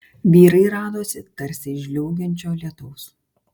vyrai radosi tarsi iš žliaugiančio lietaus